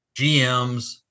GMs